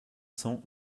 cents